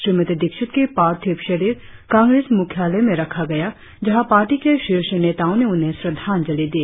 श्रीमती दीक्षित की पार्थिव शरीर कांग्रेस मुख्यालय में रखा गया जहाँ पार्टी के शीर्ष नेताओ ने उन्हें श्रद्धांजलि दी